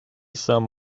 some